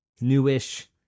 newish